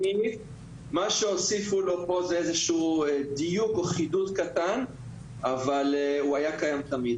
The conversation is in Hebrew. מה שהוסיפו לו פה זה איזשהו דיוק או חידוד קטן אבל הוא היה קיים תמיד